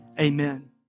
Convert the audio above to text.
amen